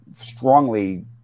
strongly